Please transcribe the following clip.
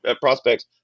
prospects